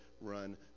run